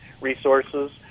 resources